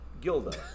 gilda